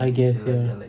I guess ya